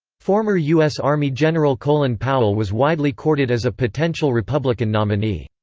former u s. army general colin powell was widely courted as a potential republican nominee.